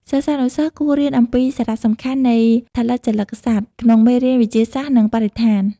សិស្សានុសិស្សគួររៀនអំពីសារៈសំខាន់នៃ "ថលជលិកសត្វ" ក្នុងមេរៀនវិទ្យាសាស្ត្រ និងបរិស្ថាន។